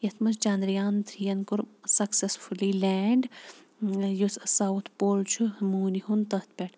یَتھ منٛز چنٛدریان تھِرٛی یَن کوٚر سَکسَسفلی لینٛڈ یُس ساوُتھ پول چھُ موٗنہِ ہُنٛد تَتھ پٮ۪ٹھ